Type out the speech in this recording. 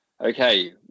okay